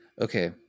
okay